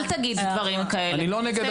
אל תגיד דברים כאלה, בסדר?